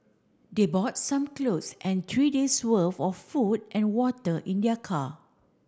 they bought some clothes and three days worth of food and water in their car